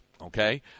Okay